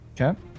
Okay